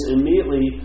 immediately